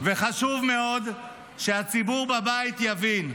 וחשוב מאוד שהציבור בבית יבין.